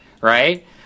right